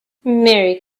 merry